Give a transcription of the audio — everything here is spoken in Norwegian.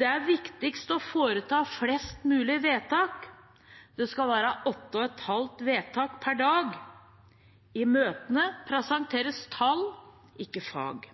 Det er viktigst å foreta flest mulig vedtak. Det skal være 8,5 vedtak per dag. I møtene presenteres tall, ikke fag.»